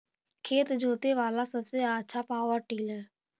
खेत जोते बाला सबसे आछा पॉवर टिलर?